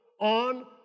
On